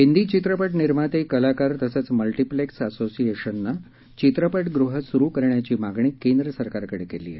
हिंदी चित्रपट निर्माते कलाकार तसंच मल्टीप्लेक्स असोसिएशननं चित्रपटगृहं सुरू करण्याची मागणी केंद्र सरकारकडे केली आहे